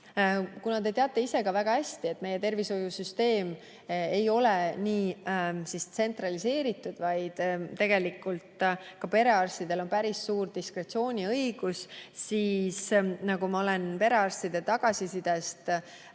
Kuna te teate ise ka väga hästi, et meie tervishoiusüsteem ei ole nii tsentraliseeritud, vaid tegelikult on perearstidel päris suur diskretsiooniõigus, siis nagu ma olen perearstide tagasisidest